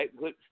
right